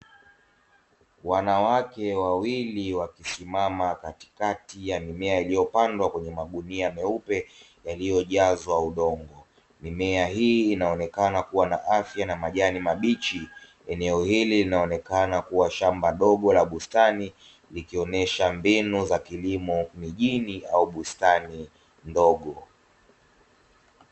Wanawake wawili wamesimama nche wamekaa